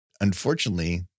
unfortunately